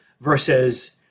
versus